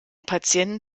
patienten